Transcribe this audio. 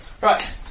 Right